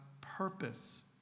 purpose